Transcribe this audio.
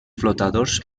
flotadors